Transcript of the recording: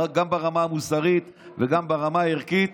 גם ברמה המוסרית וגם ברמה הערכית,